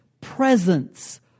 presence